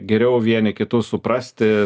geriau vieni kitus suprasti